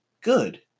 good